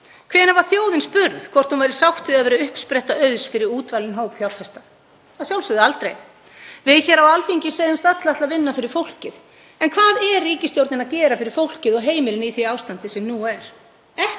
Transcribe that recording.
Hvenær var þjóðin spurð hvort hún væri sátt við að vera uppspretta auðs fyrir útvalinn hóp fjárfesta? Að sjálfsögðu aldrei. Við hér á Alþingi segjumst öll ætla að vinna fyrir fólkið. En hvað er ríkisstjórnin að gera fyrir fólkið og heimilin í því ástandi sem nú er?